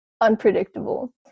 unpredictable